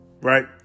right